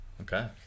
Okay